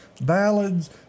ballads